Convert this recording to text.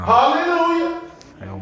Hallelujah